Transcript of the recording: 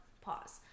pause